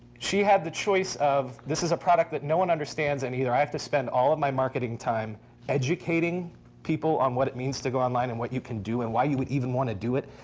she had the choice of this is a product that no one understands, and either i have to spend all of my marketing time educating people on what it means to go online and what you can do and why you would even want to do it.